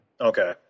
Okay